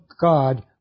God